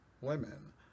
Women